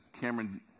Cameron